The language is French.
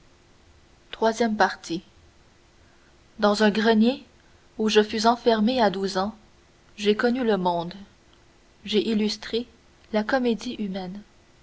iii dans un grenier où je fus enfermé à douze ans j'ai connu le monde j'ai illustré la comédie humaine